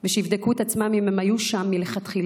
ושיבדקו את עצמם אם הם היו שם מלכתחילה